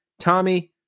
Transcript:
Tommy